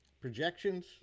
Projections